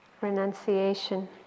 renunciation